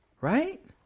right